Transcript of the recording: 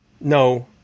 No